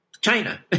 China